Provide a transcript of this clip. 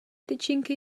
tyčinky